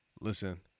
Listen